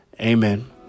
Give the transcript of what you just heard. amen